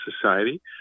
society